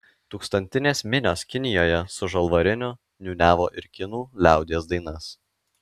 tūkstantinės minios kinijoje su žalvariniu niūniavo ir kinų liaudies dainas